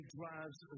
drives